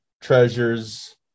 treasures